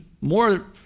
more